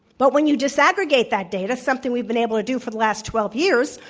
but when you disaggregate that data, something we've been able to do for the last twelve years,